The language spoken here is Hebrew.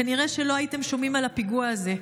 כנראה שלא הייתם שומעים על הפיגוע הזה.